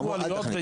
אמרו: אל תכניס.